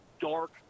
dark